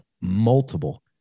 multiple